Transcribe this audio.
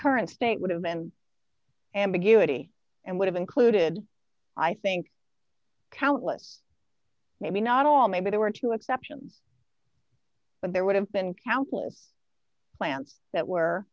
current state would have been ambiguity and would have included i think countless maybe not all maybe there were two exceptions but there would have been countless plants that were